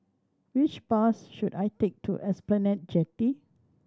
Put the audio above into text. which bus should I take to Esplanade Jetty